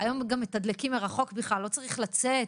היום גם את מתדלקים מרחוק בכלל, לא צריך לצאת.